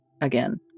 again